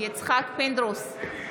פינדרוס,